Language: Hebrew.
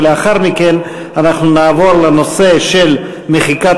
ולאחר מכן אנחנו נעבור לנושא של מחיקת